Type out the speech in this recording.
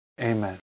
Amen